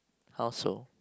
how so